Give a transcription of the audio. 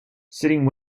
sitting